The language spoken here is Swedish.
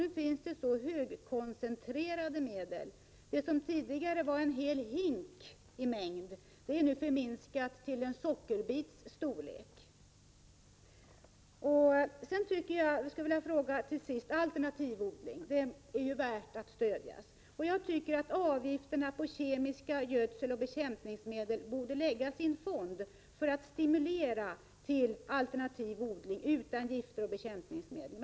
Nu finns det ju mycket högkoncentrerade medel. Det som tidigare var en hel hink i mängd är nu förminskat till en sockerbits storlek. Till sist skulle jag vilja ta upp alternativ odling — den är värd att stödjas. Jag tycker att avgifterna på kemiska gödseloch bekämpningsmedel borde läggas i en fond för att stimulera till alternativ odling utan gifter och bekämpningsmedel.